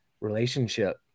relationship